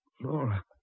Laura